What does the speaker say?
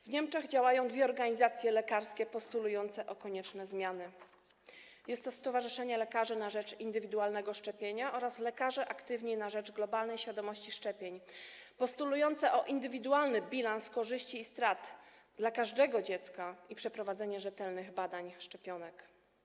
W Niemczech działają dwie organizacje lekarskie postulujące konieczne zmiany - Stowarzyszenie Lekarzy na Rzecz Indywidualnego Szczepienia oraz Lekarze Aktywni na Rzecz Globalnej Świadomości Szczepień - postulujące indywidualny bilans korzyści i strat dla każdego dziecka i przeprowadzenie rzetelnych badań szczepionek.